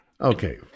Okay